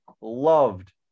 loved